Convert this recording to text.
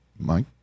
Mike